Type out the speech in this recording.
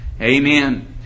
Amen